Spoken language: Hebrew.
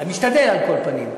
משתדל, על כל פנים.